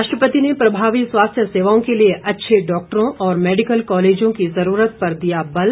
राष्ट्रपति ने प्रभावी स्वास्थ्य सेवाओं के लिए अच्छे डॉक्टरों और मेडिकल कॉलेजों की जरूरत पर दिया बल